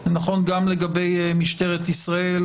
זה נכון גם לגבי משטרת ישראל,